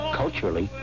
culturally